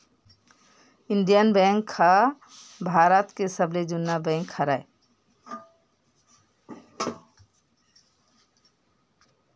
Indian bank ह भारत के सबले जुन्ना बेंक हरय